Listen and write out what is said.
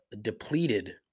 depleted